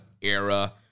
era